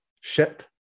ship